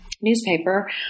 newspaper